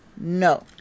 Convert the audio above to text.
No